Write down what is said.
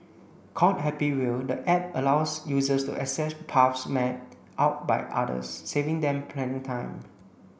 called Happy Wheel the app allows users to access paths mapped out by others saving them planning time